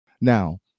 Now